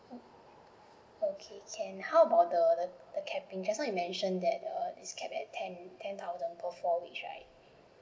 okay can how about the the capping just now you mentioned that uh it's capped at ten ten thousand both four weeks right